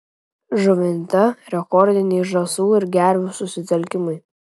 žuvinte rekordiniai žąsų ir gervių susitelkimai